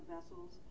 vessels